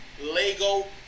LEGO